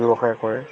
ব্যৱসায় কৰে